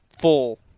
full